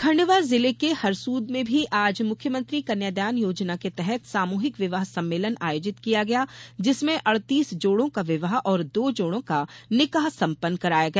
खण्डवा जिले के हरसूद में भी आज मुख्यमंत्री कन्यादान योजना के तहत सामूहिक विवाह सम्मेलन आर्योजित किया गया जिसमें अड़तीस जोड़ों का विवाह और दो जोड़ो का निकाह संपन्न कराया गया